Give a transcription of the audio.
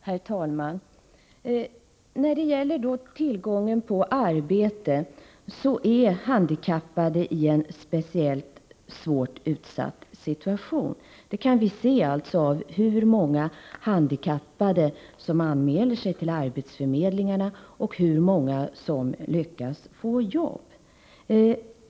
Herr talman! När det gäller tillgången på arbete har handikappade en speciellt svårt utsatt situation. Det kan vi se av hur många handikappade som anmäler sig till arbetsförmedlingarna och hur många som lyckas få jobb.